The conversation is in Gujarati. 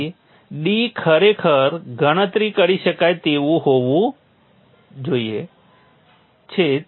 તેથી d ખરેખર ગણતરી કરી શકાય તેવું હોય છે